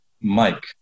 Mike